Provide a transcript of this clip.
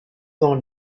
dans